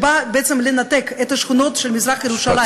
שנועדה בעצם לנתק את השכונות של מזרח ירושלים,